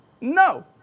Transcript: No